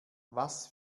was